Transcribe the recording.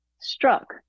struck